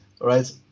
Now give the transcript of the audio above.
Right